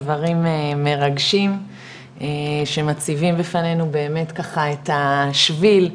דברים מרגשים שמציבים בפנינו ככה את השביל,